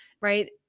right